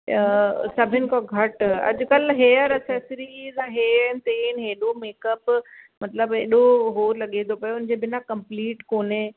सभिनि खां घटि अॼु कल्ह हेयर एसेसरीज़ हेन पिन हेॾो मेकअप मतिलबु हेॾो हू लॻे थो पियो हुनजे बिना कम्पलीट कोन्हे